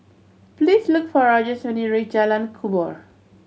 please look for Rogers when you reach Jalan Kubor